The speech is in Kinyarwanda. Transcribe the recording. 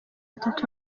atatu